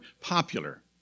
popular